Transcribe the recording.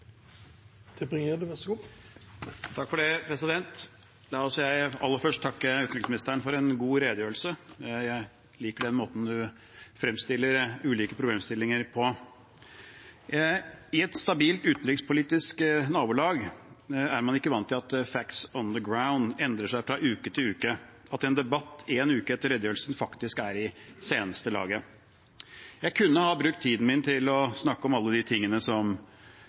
La meg aller først takke utenriksministeren for en god redegjørelse. Jeg liker den måten hun fremstiller ulike problemstillinger på. I et stabilt utenrikspolitisk nabolag er man ikke vant til at «facts on the ground» endrer seg fra uke til uke, og at en debatt en uke etter redegjørelsen faktisk er i seneste laget. Jeg kunne ha brukt tiden min til å snakke om alt det som Fremskrittspartiet er uenig med regjeringen i, om det gjelder flyktningpolitikk, gjelder klimahysteriet eller hva som